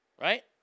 Right